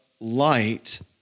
light